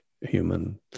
human